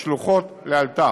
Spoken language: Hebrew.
והשלוחות לאלתר.